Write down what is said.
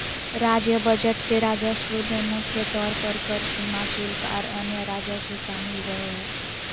राज्य बजट के राजस्व में मुख्य तौर पर कर, सीमा शुल्क, आर अन्य राजस्व शामिल रहो हय